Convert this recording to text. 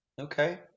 Okay